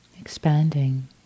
expanding